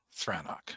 Thranok